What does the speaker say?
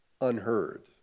unheard